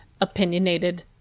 opinionated